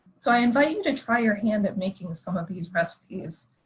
so i invite you to try your hand at making some of these recipes.